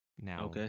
Now